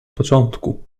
początku